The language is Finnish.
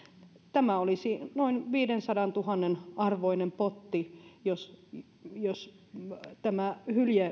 tämä olisi noin viidensadantuhannen arvoinen potti jos jos nämä